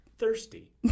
Thirsty